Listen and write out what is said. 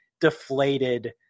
deflated